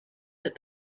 that